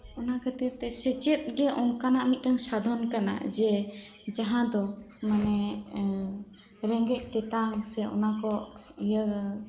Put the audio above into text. ᱚᱱᱟ ᱠᱷᱟᱹᱛᱤᱨ ᱛᱮ ᱥᱮᱪᱮᱫ ᱜᱤ ᱚᱱᱠᱟᱱᱟᱜ ᱢᱤᱫᱴᱮᱱ ᱥᱟᱫᱷᱚᱱ ᱠᱟᱱᱟ ᱡᱮ ᱡᱟᱦᱟᱸ ᱫᱚ ᱢᱟᱱᱮ ᱨᱮᱸᱜᱮᱡ ᱛᱮᱛᱟᱝ ᱥᱮ ᱚᱱᱟᱠᱩ ᱤᱭᱟᱹ